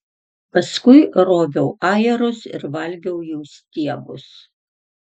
paskui roviau ajerus ir valgiau jų stiebus